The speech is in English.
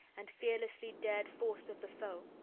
and fearlessly dared force of the foe.